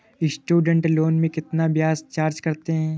Student loan में कितना ब्याज चार्ज करते हैं?